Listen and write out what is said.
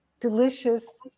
delicious